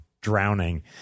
drowning